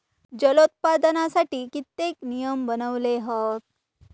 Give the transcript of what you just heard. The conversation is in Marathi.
जलोत्पादनासाठी कित्येक नियम बनवले हत